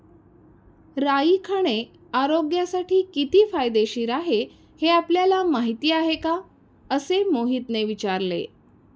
राई खाणे आरोग्यासाठी किती फायदेशीर आहे हे आपल्याला माहिती आहे का? असे मोहितने विचारले